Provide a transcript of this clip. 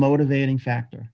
motivating factor